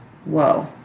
Whoa